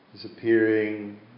disappearing